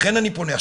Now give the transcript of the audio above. לכן אני פונה.